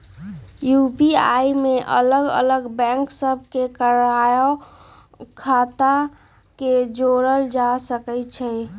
UPI में अलग अलग बैंक सभ के कएगो खता के जोड़ल जा सकइ छै